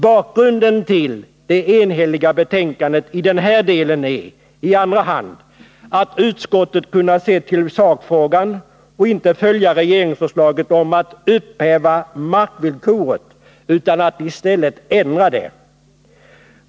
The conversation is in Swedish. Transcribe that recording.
Bakgrunden till enigheten i denna del av betänkandet är i andra hand att utskottet har kunnat se till sakfrågan och inte har följt regeringsförslaget om att ”upphäva” markvillkoret utan i stället vill ”ändra” det.